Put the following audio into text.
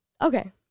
Okay